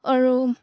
আৰু